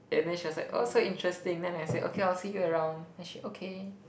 and then she must said oh so interesting then I said okay I will see you around then she okay